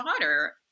daughter